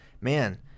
man